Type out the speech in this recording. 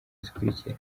zikurikira